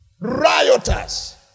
Rioters